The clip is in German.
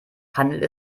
handelt